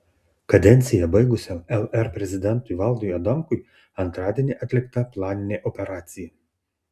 kadenciją baigusiam lr prezidentui valdui adamkui antradienį atlikta planinė operacija